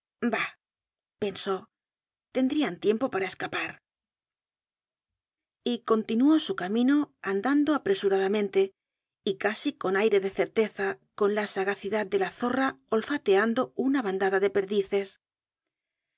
pensó tendrían tiempo para escapar y continuó su camino andando apresuradamente y casi con aire de certeza con la sagacidad de la zorra olfateando una bandada de perdices en